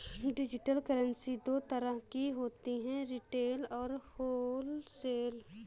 digital currency दो तरह की होती है रिटेल और होलसेल